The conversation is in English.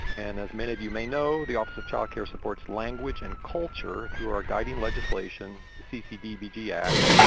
and as many of you may know the office of child care supports language and culture through our guiding legislation the ccdbg act,